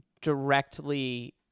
directly